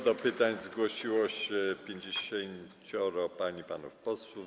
Do pytań zgłosiło się 50 pań i panów posłów.